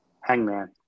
Hangman